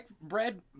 bread